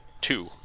two